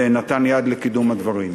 ונתן יד לקידום הדברים.